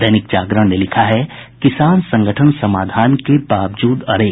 दैनिक जागरण ने लिखा है किसान संगठन समाधान के बावजूद अड़े